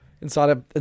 Inside